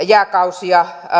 jääkausi tulee